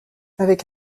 avec